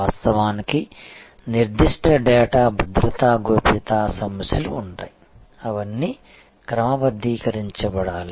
వాస్తవానికి నిర్దిష్ట డేటా భద్రతా గోప్యతా సమస్యలు ఉంటాయి అవన్నీ క్రమబద్ధీకరించబడాలి